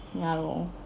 ya lor